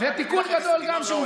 גם זה היה תיקון גדול שהובא.